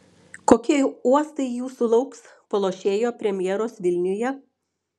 kokie uostai jūsų lauks po lošėjo premjeros vilniuje